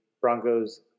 Broncos